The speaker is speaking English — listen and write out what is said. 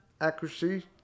Accuracy